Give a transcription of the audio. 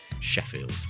Sheffield